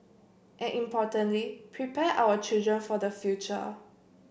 and importantly prepare our children for the future